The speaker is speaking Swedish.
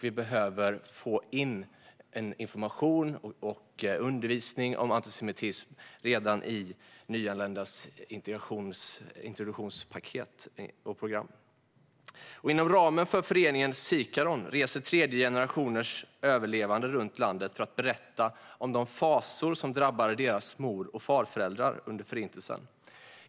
Vi behöver få in information och undervisning om antisemitism redan i nyanländas introduktionspaket och introduktionsprogram. Inom ramen för föreningen Zikaron reser tredje generationens överlevande runt i landet för att berätta om de fasor som drabbade deras mor och farföräldrar under Förintelsen.